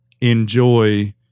enjoy